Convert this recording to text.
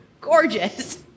gorgeous